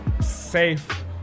safe